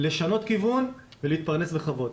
לשנות כיוון ולהתפרנס בכבוד.